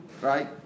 right